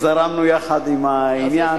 זרמנו יחד עם העניין.